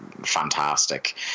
fantastic